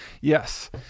Yes